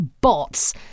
bots